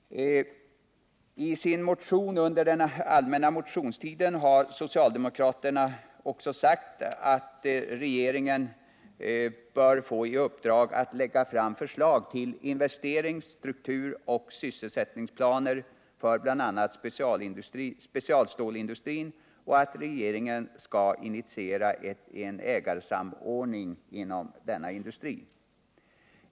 I sin motion under den allmänna motionstiden har socialdemokraterna också sagt att regeringen bör få i uppdrag att lägga fram förslag till investerings-, strukturoch sysselsättningsplaner för bl.a. specialstålsindustrin och att regeringen skall initiera en ägarsamordning inom denna industri.